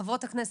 חברות הכנסת,